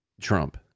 trump